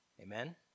Amen